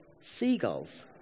seagulls